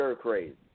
Crazy